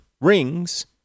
rings